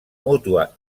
mútua